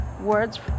words